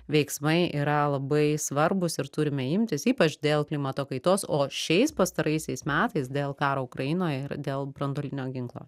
veiksmai yra labai svarbūs ir turime imtis ypač dėl klimato kaitos o šiais pastaraisiais metais dėl karo ukrainoj ir dėl branduolinio ginklo